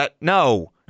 No